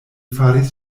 faris